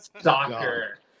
soccer